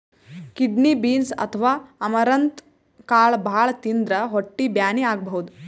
kidney beans ಅಥವಾ amaranth ಕಾಳ್ ಭಾಳ್ ತಿಂದ್ರ್ ಹೊಟ್ಟಿ ಬ್ಯಾನಿ ಆಗಬಹುದ್